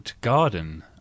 garden